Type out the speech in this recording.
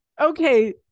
Okay